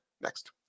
next